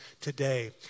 today